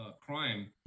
crime